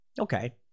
Okay